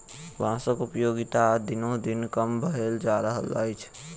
बाँसक उपयोगिता दिनोदिन कम भेल जा रहल अछि